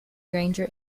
granger